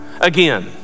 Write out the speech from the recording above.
Again